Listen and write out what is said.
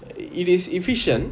it is efficient